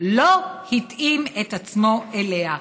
לא התאים את עצמו אליה.